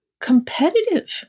competitive